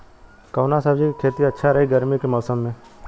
कवना सब्जी के खेती अच्छा रही गर्मी के मौसम में?